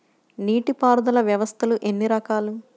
నీటిపారుదల వ్యవస్థలు ఎన్ని రకాలు?